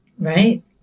Right